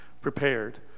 prepared